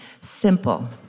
Simple